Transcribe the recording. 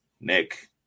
Nick